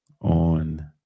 on